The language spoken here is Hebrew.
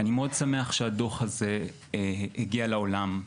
אני מאוד שמח שהדוח הזה הגיע לעולם.